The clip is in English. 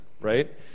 right